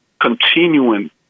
continuing